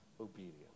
obedience